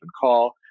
call